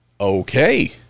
okay